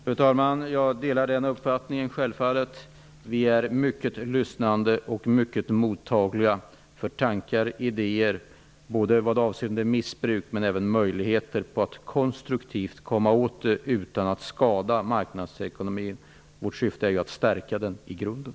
Fru talman! Jag delar självfallet den uppfattningen. Vi är mycket lyssnande och mycket mottagliga för tankar och idéer både vad avser missbruk och även möjligheter för att konstruktivt komma åt problemet utan att skada marknadsekonomin. Vårt syfte är ju att stärka denna i grunden.